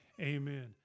Amen